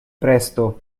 presto